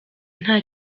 nta